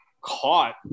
caught